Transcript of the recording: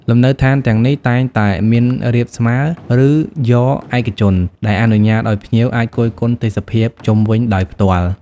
លំនៅដ្ឋានទាំងនេះតែងតែមានរាបស្មើរ ឬយ៉រឯកជន ដែលអនុញ្ញាតឲ្យភ្ញៀវអាចគយគន់ទេសភាពជុំវិញដោយផ្ទាល់។